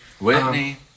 whitney